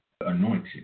anointed